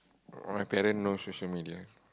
oh my parent know social media